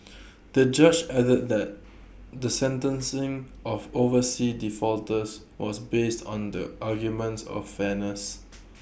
the judge added that the sentencing of overseas defaulters was based on the arguments of fairness